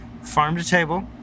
farm-to-table